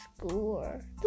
Score